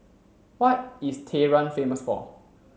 what is Tehran famous for